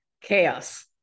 Chaos